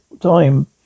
time